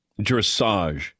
Dressage